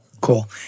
Cool